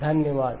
धन्यवाद